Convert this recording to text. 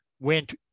went